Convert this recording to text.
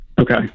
Okay